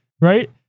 Right